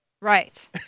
Right